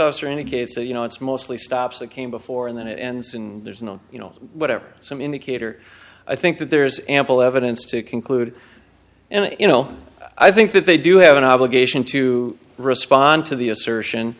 officer indicates that you know it's mostly stops that came before and then it ends and there's no you know whatever some indicator i think that there is ample evidence to conclude and you know i think that they do have an obligation to respond to the assertion